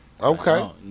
Okay